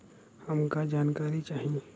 हमका जानकारी चाही?